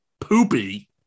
Poopy